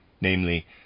namely